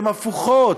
הן הפוכות,